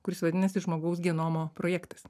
kuris vadinasi žmogaus genomo projektas